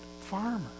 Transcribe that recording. farmer